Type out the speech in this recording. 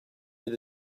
had